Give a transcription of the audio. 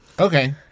Okay